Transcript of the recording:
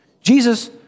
Jesus